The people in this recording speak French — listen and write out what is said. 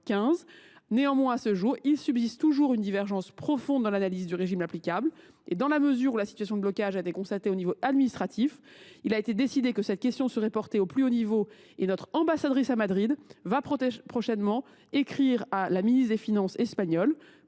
Néanmoins, à ce jour, il subsiste toujours une divergence profonde dans l’analyse du régime applicable. La situation de blocage ayant été constatée sur le plan administratif, il a été décidé que cette question serait portée au plus haut niveau. Notre ambassadrice à Madrid écrira prochainement à la ministre des finances espagnole